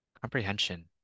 comprehension